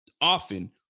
often